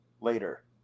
later